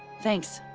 thanks.